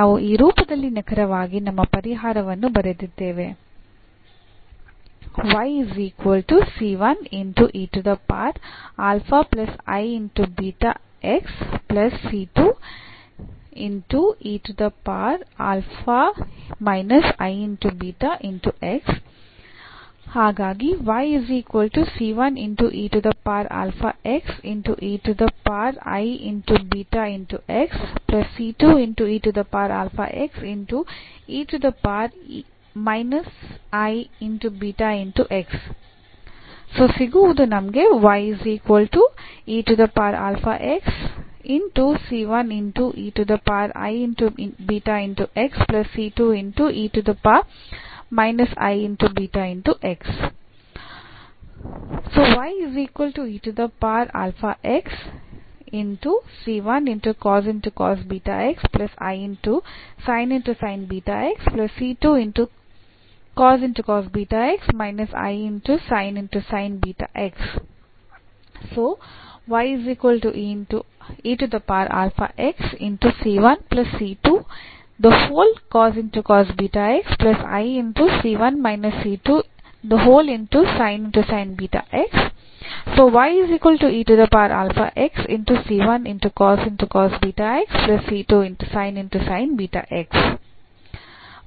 ನಾವು ಆ ರೂಪದಲ್ಲಿ ನಿಖರವಾಗಿ ನಮ್ಮ ಪರಿಹಾರವನ್ನು ಬರೆದಿದ್ದೇವೆ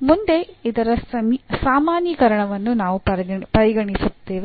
ಮುಂದೆ ಇದರ ಸಾಮಾನ್ಯೀಕರಣವನ್ನು ನಾವು ಪರಿಗಣಿಸುತ್ತೇವೆ